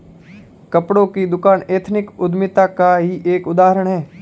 कपड़ों की दुकान एथनिक उद्यमिता का ही एक उदाहरण है